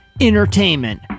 entertainment